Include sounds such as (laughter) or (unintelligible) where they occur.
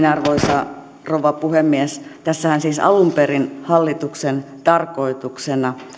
(unintelligible) arvoisa rouva puhemies tässähän siis alun perin hallituksen tarkoituksena